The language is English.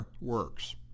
works